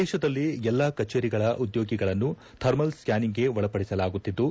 ದೇಶದಲ್ಲಿ ಎಲ್ಲಾ ಕಚೇರಿಗಳ ಉದ್ಯೋಗಿಗಳನ್ನು ಥರ್ಮಲ್ ಸ್ಟಾನಿಂಗ್ಗೆ ಒಳಪಡಿಸಲಾಗುತ್ತಿದ್ದು